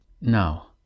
Now